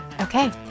Okay